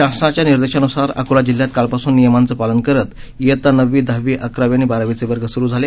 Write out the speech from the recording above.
शासनाच्या निर्देशान्सार अकोला जिल्ह्यात कालपासून नियमांचं पालन करत इयता नववी दहावी अकरावी आणि बारावीचे वर्ग सुरू झाले